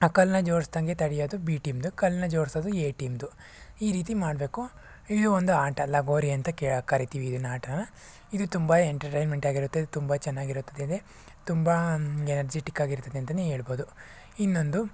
ಆ ಕಲ್ಲನ್ನ ಜೋಡಿಸ್ದಂಗೆ ತಡಿಯೋದು ಬಿ ಟೀಮ್ದು ಕಲ್ಲನ್ನ ಜೋಡ್ಸೋದು ಎ ಟೀಮ್ದು ಈ ರೀತಿ ಮಾಡಬೇಕು ಇದು ಒಂದು ಆಟ ಲಗೋರಿ ಅಂತ ಕೇಳಿ ಕರೀತೀವಿ ಇದನ್ನು ಆಟನ ಇದು ತುಂಬ ಎಂಟರ್ಟೈನ್ಮೆಂಟಾಗಿರುತ್ತೆ ತುಂಬ ಚೆನ್ನಾಗಿರುತ್ತದೆ ತುಂಬ ಎನರ್ಜಿಟಿಕ್ಕಾಗಿರುತ್ತದೆ ಅಂತಲೇ ಹೇಳ್ಬೋದು ಇನ್ನೊಂದು